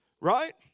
right